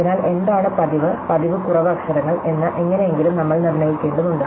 അതിനാൽ എന്താണ് പതിവ് പതിവ് കുറവ് അക്ഷരങ്ങൾ എന്ന് എങ്ങനെയെങ്കിലും നമ്മൾ നിർണ്ണയിക്കേണ്ടതുണ്ട്